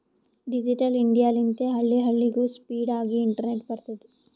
digital India ಲಿಂತೆ ಹಳ್ಳಿ ಹಳ್ಳಿಗೂ ಸ್ಪೀಡ್ ಆಗಿ ಇಂಟರ್ನೆಟ್ ಬರ್ತುದ್